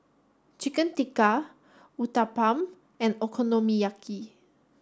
chicken Tikka Uthapam and Okonomiyaki